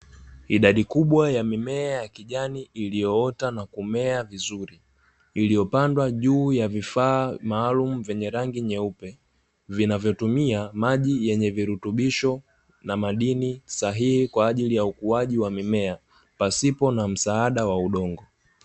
Idadi kubwa ya mimea ya kijani iliyoota na kumea vizuri, iliyopandwa juu ya vifaa maalumu vyenye rangi nyeupe, vinavyotumia maji yenye virutubisho na madini sahihi kwa ajili ya ukuaji wa mimea, pasipo na msaada wa udongo.